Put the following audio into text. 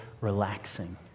relaxing